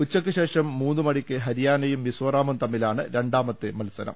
ഉച്ചയ്ക്കുശേഷം മൂന്നുമണിക്ക് ഹരിയാനയും മിസോറാമും തമ്മിലാണ് രണ്ടാമത്തെ മത്സരം